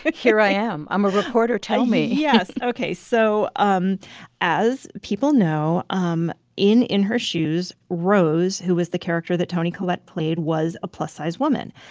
here i am. i'm a reporter. tell me yes. ok. so um as people know, um in in her shoes, rose, who was the character that toni collette played, was a plus-size woman.